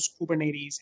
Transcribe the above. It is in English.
Kubernetes